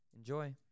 Enjoy